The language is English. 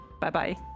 Bye-bye